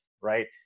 right